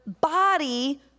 body